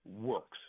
works